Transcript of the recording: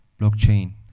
blockchain